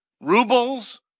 rubles